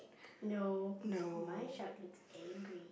no my shark looks angry